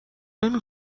نمی